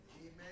Amen